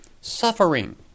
suffering